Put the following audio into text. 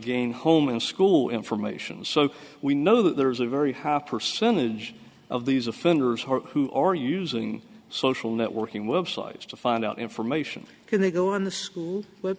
gain home and school information so we know that there's a very high percentage of these offenders who are using social networking websites to find out information when they go on the school